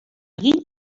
hagin